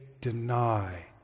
deny